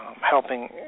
Helping